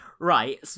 Right